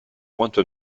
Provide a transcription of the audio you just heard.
pointe